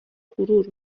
غرور